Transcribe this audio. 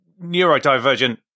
Neurodivergent